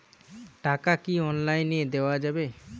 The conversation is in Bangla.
টাকা কি অনলাইনে দেওয়া যাবে?